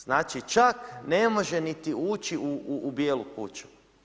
Znači, čak ne može niti uči u Bijelu kuću.